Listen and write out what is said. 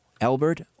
Albert